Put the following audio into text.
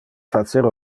facer